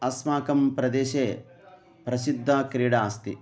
अस्माकं प्रदेशे प्रसिद्धा क्रीडा अस्ति